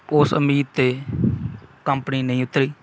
ਉਸ ਉਮੀਦ 'ਤੇ ਕੰਪਨੀ ਨਹੀਂ ਉਤਰੀ